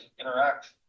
interact